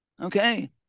Okay